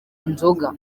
inzoga